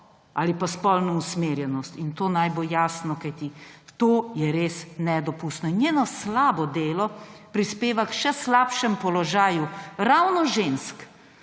ali pa spolne usmerjenosti. In to naj bo jasno, kajti to je res nedopustno. Njeno slabo delo prispeva k še slabšemu položaju ravno žensk.